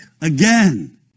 again